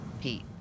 Pete